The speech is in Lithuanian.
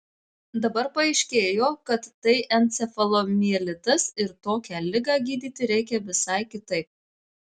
dabar paaiškėjo kad tai encefalomielitas ir tokią ligą gydyti reikia visai kitaip